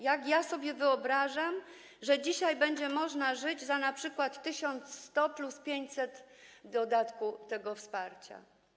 Jak ja sobie wyobrażam, że dzisiaj będzie można żyć za np. 1100 plus 500 dodatku, tego wsparcia.